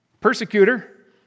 persecutor